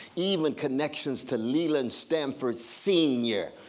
even and connections to leland stanford senior.